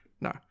No